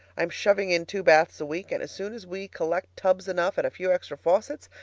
i am shoving in two baths a week, and as soon as we collect tubs enough and a few extra faucets,